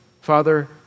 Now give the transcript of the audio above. Father